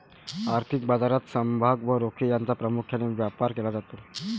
आर्थिक बाजारात समभाग व रोखे यांचा प्रामुख्याने व्यापार केला जातो